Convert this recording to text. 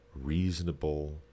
reasonable